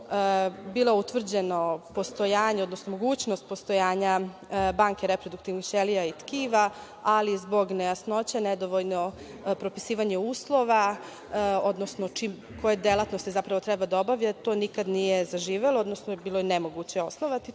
bilo utvrđeno postojanje, odnosno mogućnost postojanja banke reproduktivnih ćelija i tkiva, ali zbog nejasnoće, nedovoljno propisivanja uslova, odnosno koje delatnosti zapravo treba da obavlja to nikada nije zaživelo, odnosno bilo je nemoguće osnovati